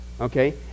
Okay